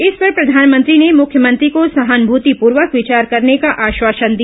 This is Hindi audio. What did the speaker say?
इस पर प्रधानमंत्री ने मुख्यमंत्री को सहानुभूतिपूर्वक विचार करने का आश्वासन दिया